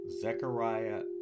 Zechariah